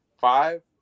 five